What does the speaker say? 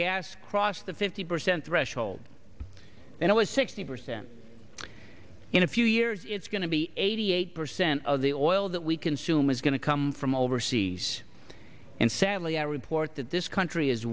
gas crossed the fifty percent threshold and it was sixty percent in a few years it's going to be eighty eight percent of the oil that we consume is going to come from overseas and sadly our report that this country is